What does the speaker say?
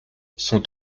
sont